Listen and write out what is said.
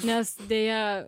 nes deja